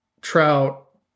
trout